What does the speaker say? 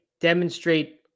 demonstrate